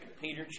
Peter